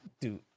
dude